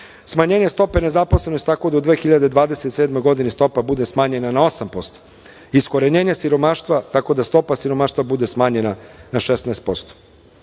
smanjenje stope nezaposlenosti, tako da u 2027. godini stopa bude smanjena na 8%, iskorenjenje siromaštva, tako da stopa siromaštva bude smanjena na